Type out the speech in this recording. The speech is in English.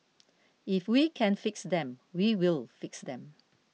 if we can fix them we will fix them